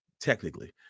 technically